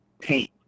Paint